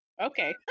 Okay